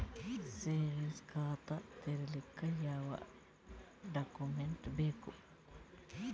Savings ಖಾತಾ ತೇರಿಲಿಕ ಯಾವ ಡಾಕ್ಯುಮೆಂಟ್ ಕೊಡಬೇಕು?